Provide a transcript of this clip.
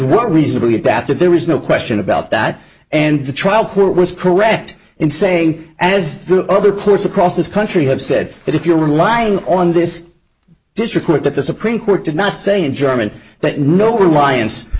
were reasonably adapted there was no question about that and the trial court was correct in saying as the other course across this country have said that if you're relying on this district court that the supreme court did not say in german that no reliance